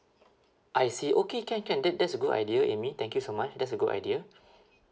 I see okay can can that that's a good idea amy thank you so much that's a good idea